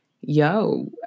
yo